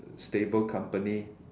stable company